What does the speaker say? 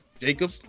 Jacob